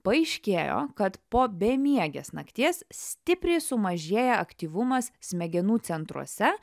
paaiškėjo kad po bemiegės nakties stipriai sumažėja aktyvumas smegenų centruose